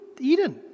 Eden